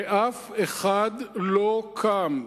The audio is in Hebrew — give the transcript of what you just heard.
ואף אחד לא קם,